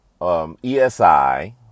ESI